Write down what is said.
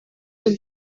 und